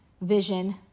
vision